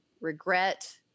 regret